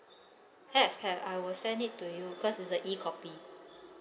have have I will send it to you cause it's a E copy